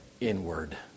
inward